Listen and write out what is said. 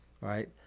right